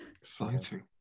Exciting